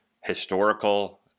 historical